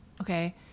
Okay